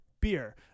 beer